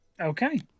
Okay